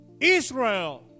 Israel